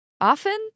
Often